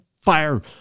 fire